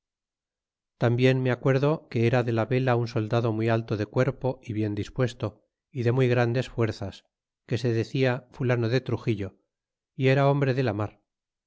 tambien me acuerdo que era de la vela un soldado muy alto de cuerpo y bien dispuesto y de muy grandes fuerzas que se decia fulano de truxillo y era hombre de la mar